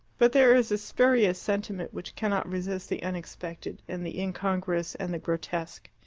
but there is a spurious sentiment which cannot resist the unexpected and the incongruous and the grotesque.